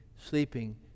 sleeping